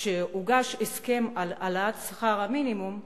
כשהוגש הסכם על העלאת שכר המינימום,